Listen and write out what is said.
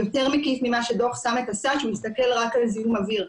יותר מקיף ממה שדו"ח סמט עשה שמסתכל רק על זיהום אויר.